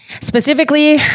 Specifically